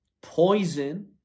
poison